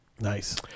Nice